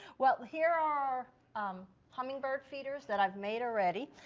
well, here are um hummingbird feeders that i've made already.